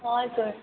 हजुर